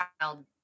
child